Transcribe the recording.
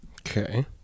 Okay